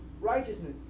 righteousness